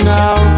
now